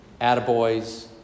attaboys